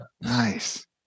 nice